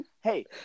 hey